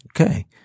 Okay